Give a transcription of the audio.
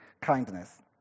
kindness